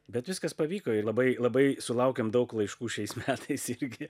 bet viskas pavyko ir labai labai sulaukėm daug laiškų šiais metais irgi